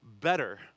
better